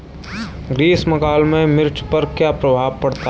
ग्रीष्म काल में मिर्च पर क्या प्रभाव पड़ता है?